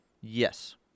Yes